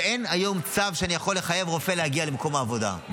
אין היום צו שלפיו אני יכול לחייב רופא להגיע למקום העבודה,